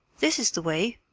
this is the way!